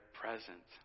present